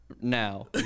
Now